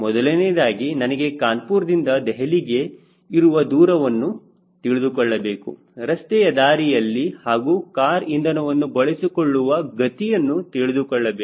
ಮೊದಲನೆಯದಾಗಿ ನನಗೆ ಕಾನಪುರ್ ದಿಂದ ದೆಹಲಿಗೆ ಇರುವ ದೂರವನ್ನು ತಿಳಿದುಕೊಳ್ಳಬೇಕು ರಸ್ತೆ ದಾರಿಯಲ್ಲಿ ಹಾಗೂ ಕಾರ್ ಇಂಧನವನ್ನು ಬಳಸಿಕೊಳ್ಳುವ ಗತಿಯನ್ನು ತಿಳಿದುಕೊಳ್ಳಬೇಕು